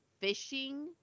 fishing